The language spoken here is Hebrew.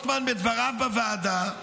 בדבריו בוועדה,